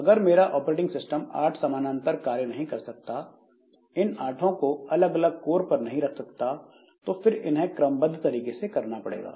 अगर मेरा operating system आठ समानांतर कार्य नहीं कर सकता इन आठों को अलग अलग कोर पर नहीं रख सकता तो फिर इन्हें क्रमबद्ध तरीके से करना पड़ेगा